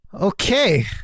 Okay